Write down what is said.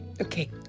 Okay